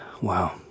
Wow